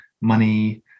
money